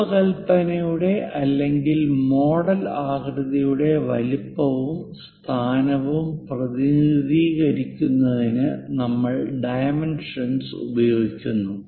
രൂപകൽപ്പനയുടെ അല്ലെങ്കിൽ മോഡൽ ആകൃതിയുടെ വലുപ്പവും സ്ഥാനവും പ്രതിനിധീകരിക്കുന്നതിന് നമ്മൾ ഡൈമെൻഷന്സ് ഉപയോഗിക്കുന്നു